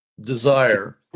desire